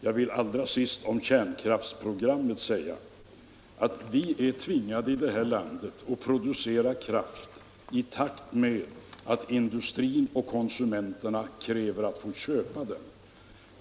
Jag vill allra sist säga om kärnkraftsprogrammet att vi i det här landet är tvingade att producera kraft i takt med att industrin och konsumenterna kräver att få köpa den.